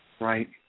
Right